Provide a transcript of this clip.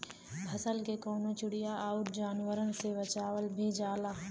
फसल के कउनो चिड़िया आउर जानवरन से बचावल भी जाला